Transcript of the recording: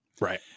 Right